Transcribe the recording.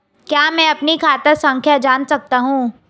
क्या मैं अपनी खाता संख्या जान सकता हूँ?